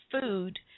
food